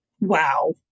Wow